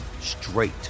straight